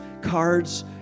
cards